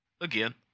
again